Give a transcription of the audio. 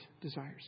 desires